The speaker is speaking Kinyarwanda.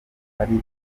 ari